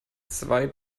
zwei